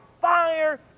fire